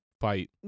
fight